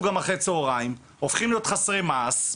גם אחרי הצהרים והופכים להיות חסרי מעש.